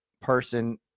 person